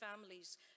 families